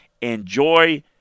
Enjoy